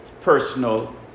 personal